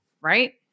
right